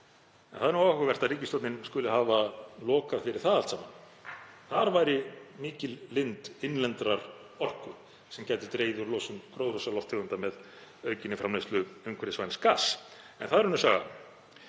Það er áhugavert að ríkisstjórnin skuli hafa lokað fyrir það allt saman. Þar væri mikil lind innlendrar orku sem gæti dregið úr losun gróðurhúsalofttegunda með aukinni framleiðslu umhverfisvæns gass. En það er önnur saga.